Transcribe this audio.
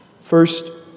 First